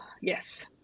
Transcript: Yes